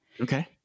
Okay